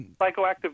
Psychoactive